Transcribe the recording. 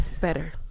better